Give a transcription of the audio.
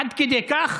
עד כדי כך